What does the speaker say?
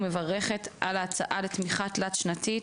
ומברכת על ההצעה לתמיכה תלת-שנתית,